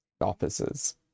offices